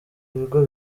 bigo